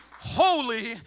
holy